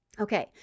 Okay